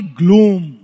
gloom